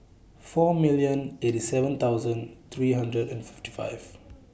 four million eighty seven thousand three hundred and fifty five